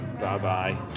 Bye-bye